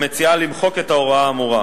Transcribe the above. המציעה למחוק את ההוראה האמורה.